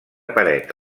paret